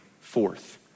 forth